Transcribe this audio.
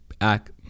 act